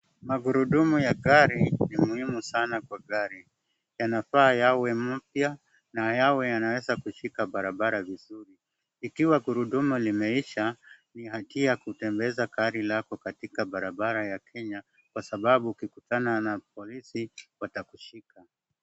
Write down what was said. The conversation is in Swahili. Magurudumu ya gari, ni muhimu sana kwa gari. Yanafaa yawe mpya, na yawe yanaeza kushika barabara vizuri. Ikiwa gurudumu limeisha, ni hatia kutembeza gari lako katika barabara ya Kenya, kwa sababu ukikutana na polisi watakushika.